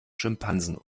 schimpansen